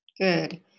Good